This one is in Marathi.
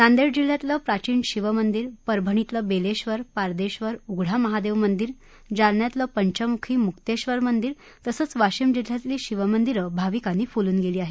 नांदेड जिल्ह्यातलं प्राचीन शिव मंदिर परभणीतलं बेलेश्वर पारदेश्वर उघडा महादेव मंदिर जालन्यातलं पंचमुखी मुक्तेश्वर मंदिर तसंच वाशिम जिल्ह्यातली शिवमंदिरं भाविकांनी फुलुन गेली आहेत